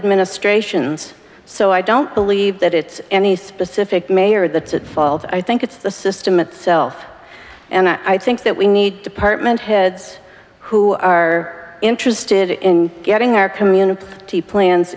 administrations so i don't believe that it's any specific mayor the fault i think it's the system itself and i think that we need department heads who are interested in getting our community the plans